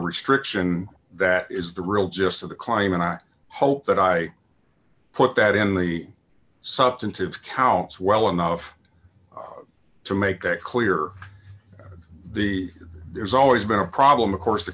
restriction that is the real gist of the climb and i hope that i put that in the substantive counts well enough to make that clear the there's always been a problem of course t